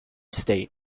state